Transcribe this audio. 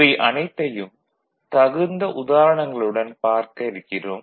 இவை அனைத்தையும் தகுந்த உதாரணங்களுடன் பார்க்க இருக்கிறோம்